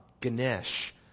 Ganesh